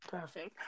Perfect